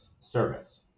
service